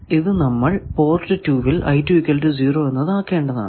ഇത് നമ്മൾ പോർട്ട് 2 ൽ എന്നത് ആക്കേണ്ടതാണ്